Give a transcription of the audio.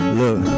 look